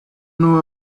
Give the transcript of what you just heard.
know